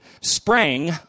sprang